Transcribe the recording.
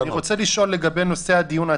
הדברים האלה